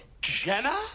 Jenna